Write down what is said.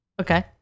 Okay